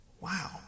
Wow